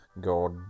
god